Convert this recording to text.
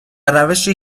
روشی